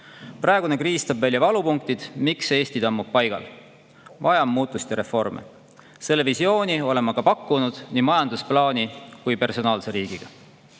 Praegune kriis toob välja valupunktid, miks Eesti tammub paigal. Vajame muutust ja reforme. Selle visiooni olen ma ka pakkunud nii majandusplaani kui personaalse riigiga.